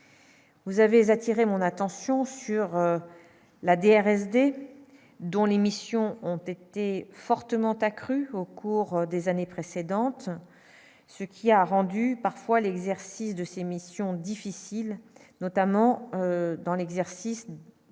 vous avez attiré mon attention sur la DRS D, dont les missions ont été fortement accru au cours des années précédentes, ce qui a rendu parfois l'exercice de ces missions difficiles notamment dans l'exercice d'un